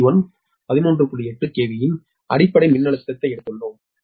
8 KV இன் அடிப்படை மின்னழுத்தத்தை எடுத்துள்ளோம்